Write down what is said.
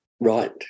Right